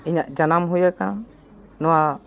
ᱤᱧᱟᱹᱜ ᱡᱟᱱᱟᱢ ᱦᱩᱭ ᱟᱠᱟᱱ ᱱᱚᱣᱟ